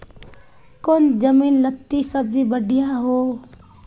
कौन जमीन लत्ती सब्जी बढ़िया हों?